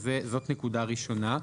אז זאת נקודה ראשונה.